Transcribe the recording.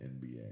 NBA